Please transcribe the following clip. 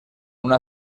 una